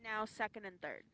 now second and third